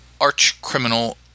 arch-criminal